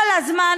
כל הזמן,